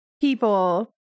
people